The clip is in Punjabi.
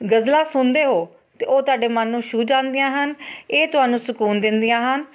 ਗਜਲਾਂ ਸੁਣਦੇ ਹੋ ਤਾਂ ਉਹ ਤੁਹਾਡੇ ਮਨ ਨੂੰ ਛੂਹ ਜਾਂਦੀਆਂ ਹਨ ਇਹ ਤੁਹਾਨੂੰ ਸਕੂਨ ਦਿੰਦੀਆਂ ਹਨ